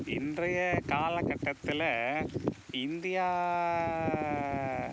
இன்றைய காலகட்டத்தில் இந்தியா